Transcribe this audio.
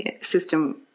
system